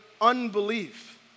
unbelief